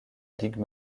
ligue